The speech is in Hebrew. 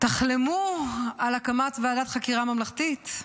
תחלמו על הקמת ועדת חקירה ממלכתית.